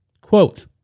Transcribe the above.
Quote